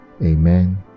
Amen